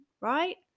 right